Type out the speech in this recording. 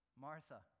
Martha